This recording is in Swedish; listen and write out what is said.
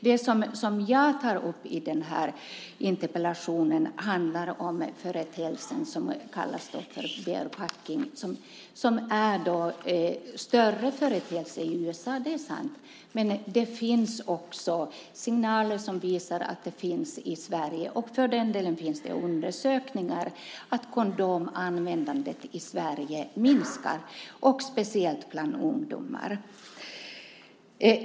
Det som jag tar upp i interpellationen handlar om en företeelse som kallas för barebacking . Det är en större företeelse i USA - det är sant - men det finns också signaler om att det förekommer i Sverige. Och för den delen finns det undersökningar som visar att kondomanvändandet i Sverige minskar och speciellt bland ungdomar.